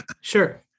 sure